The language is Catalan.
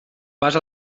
pas